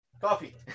Coffee